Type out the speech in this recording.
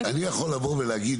אני יכול לבוא ולהגיד,